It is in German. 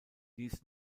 dies